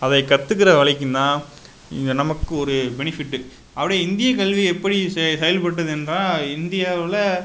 அதை கற்றுக்குற வரைக்கும்தான் இங்கே நமக்கு ஒரு பெனிஃபிட்டு அப்படியே இந்திய கல்வி எப்படி செ செயல்பட்டதென்றால் இந்தியாவில்